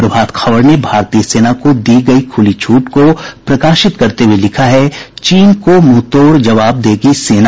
प्रभात खबर ने भारतीय सेना को दी गयी खुली छूट को प्रकाशित करते हुये लिखा है चीन को मुंहतोड़ जवाब देगी सेना